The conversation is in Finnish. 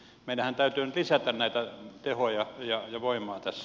meidänhän täytyy nyt lisätä näitä tehoja ja voimaa tässä